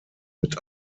mit